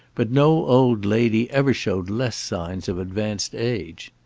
but no old lady ever showed less signs of advanced age.